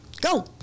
Go